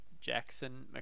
Jackson